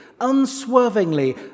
unswervingly